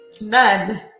None